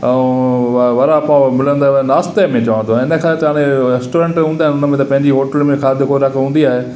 ऐं व वड़ा पाव मिलंदव नाश्ते में चवां थो हिन खां सवाइ रेस्टोरेंट हूंदा हुन में त पंहिंजी होटल में खाधो ख़ौराक हूंदी आहे